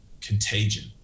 contagion